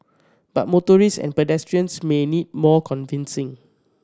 but motorist and pedestrians may need more convincing